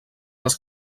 les